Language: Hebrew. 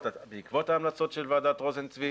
בעקבות ההמלצות של ועדת רוזן-צבי